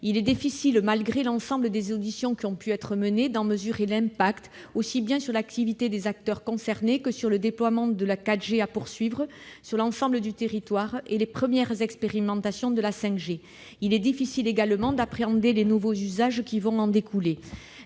Il est difficile, malgré toutes les auditions qui ont pu être menées, d'en mesurer l'impact, aussi bien sur l'activité des acteurs concernés que sur le déploiement de la 4G, qui doit se poursuivre sur l'ensemble du territoire, et sur les premières expérimentations de la 5G. Il est également difficile d'appréhender les nouveaux usages qui vont en découler.